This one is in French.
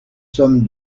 somme